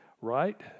right